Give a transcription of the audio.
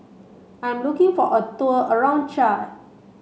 I am looking for a tour around Chad